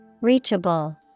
Reachable